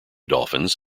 dolphins